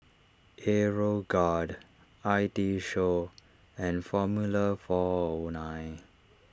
Aeroguard I T Show and formula four O nine